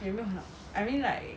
也没有很好 I mean like